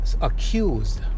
accused